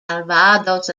calvados